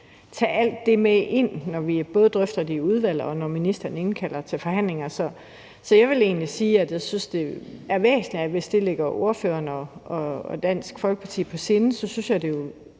tage alt det med ind, både når vi drøfter det i udvalget, og når ministeren indkalder til forhandlinger. Så jeg vil egentlig sige, at jeg synes, at hvis det ligger ordføreren og Dansk Folkeparti på sinde, vil det være